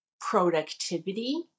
productivity